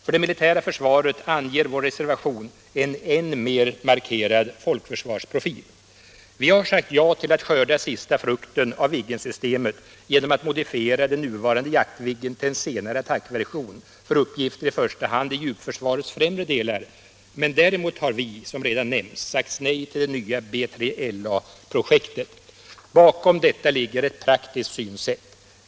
För det militära försvaret anger vår reservation en än mer markerad folkförsvarsprofil. Vi har sagt ja till att skörda sista frukten av Viggensystemet genom att modifiera den nuvarande Jaktviggen till en senare attackversion för uppgifter i första hand i djupförsvarets främre delar, men däremot har vi som redan nämnts sagt nej till det nya B3LA-projektet. Bakom detta ligger ett praktiskt synsätt.